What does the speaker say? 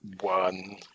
One